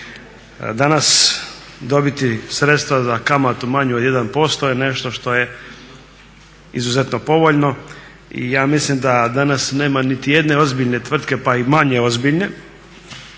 Danas dobiti sredstva za kamatu manju od 1% je nešto što je izuzetno povoljno i ja mislim da danas nema niti jedne ozbiljne tvrtke pa i manje ozbiljne